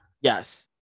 Yes